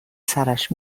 سرش